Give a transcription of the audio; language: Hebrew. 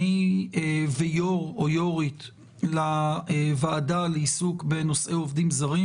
ויו"ר או יו"רית לוועדה לעיסוק בנושאי עובדים זרים